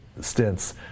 stints